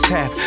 Tap